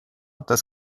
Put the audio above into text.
das